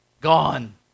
Gone